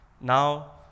now